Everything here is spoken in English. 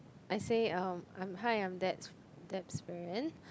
I say um I'm hi I'm Deb Deb's friend